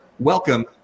Welcome